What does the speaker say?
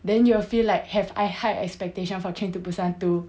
then you will feel like have high expectation for train to busan two